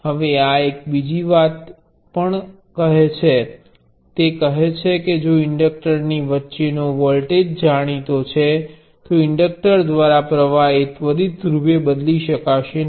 હવે આ એક બીજી વાત પણ કહે છે તે કહે છે કે જો ઇન્ડકક્ટરની વચ્ચેનો વોલ્ટેજ જાણીતો છે તો ઇન્ડક્ટર દ્વારા પ્ર્વાહ એ ત્વરિત રૂપે બદલી શકાશે નહીં